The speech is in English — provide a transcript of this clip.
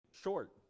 short